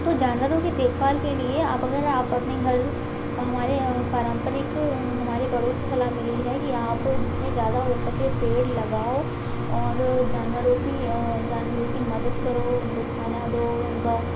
तो जानवरों की देखभाल के लिए आप अगर आप अपने घर हमारे अ पारंपरिक अ हमारे पड़ोस से सलाह मिली है कि आप जितने ज्यादा हो सके पेड़ लगाओ और अ जानवरों की अ जानवरों की मदद करो उनको खाना दो उनका